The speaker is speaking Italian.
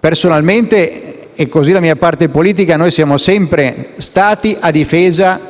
Personalmente, come la mia parte politica, sono sempre stato a difesa